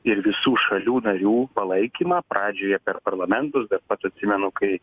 ir visų šalių narių palaikymą pradžioje per parlamento pats atsimenu kai